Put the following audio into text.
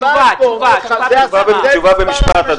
תשובה במשפט.